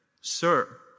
sir